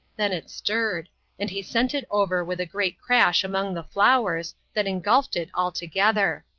then it stirred and he sent it over with a great crash among the flowers, that engulfed it altogether.